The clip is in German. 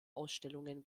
ausstellungen